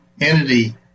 entity